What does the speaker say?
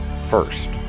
first